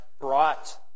brought